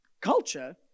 culture